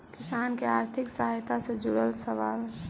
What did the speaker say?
किसान के आर्थिक सहायता से जुड़ल सवाल?